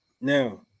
Now